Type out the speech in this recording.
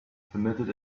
permitted